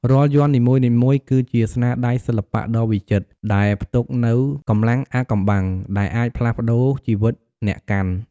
រាល់យ័ន្តនីមួយៗ គឺជាស្នាដៃសិល្បៈដ៏វិចិត្រ ដែលផ្ទុកនូវកម្លាំងអាថ៌កំបាំង ដែលអាចផ្លាស់ប្ដូរជីវិតអ្នកកាន់។